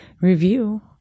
review